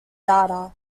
data